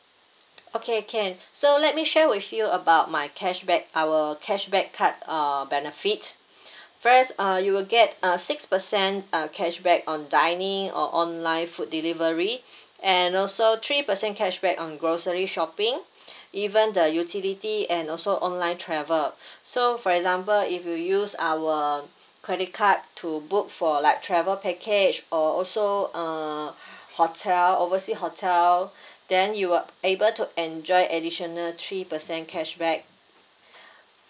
okay can so let me share with you about my cashback our cashback card uh benefit first uh you will get uh six percent uh cashback on dining or online food delivery and also three percent cashback on grocery shopping even the utility and also online travel so for example if you use our credit card to book for like travel package or also uh hotel oversea hotel then you will able to enjoy additional three percent cashback